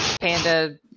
panda